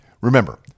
Remember